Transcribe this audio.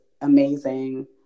amazing